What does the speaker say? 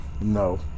No